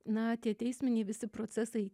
na tie teisminiai visi procesai